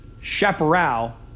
chaparral